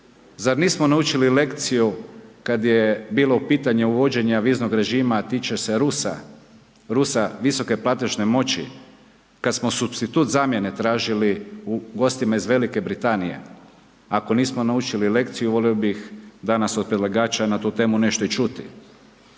Zar nismo naučili lekciju kad je bilo u pitanju uvođenje viznog režima, a tiče se Rusa, Rusa visoke platežne moći, kad smo supstitut zamjene tražili u gostima iz Velike Britanije, ako nismo naučili lekciju volio bih danas od predlagača na tu temu nešto i čuti.